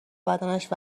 بدنش